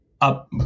up